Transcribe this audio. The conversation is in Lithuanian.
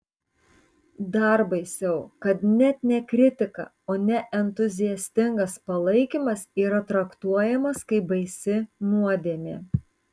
dar baisiau kad net ne kritika o neentuziastingas palaikymas yra traktuojamas kaip baisi nuodėmė